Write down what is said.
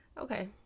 Okay